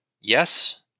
Yes